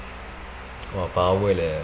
!wah! power leh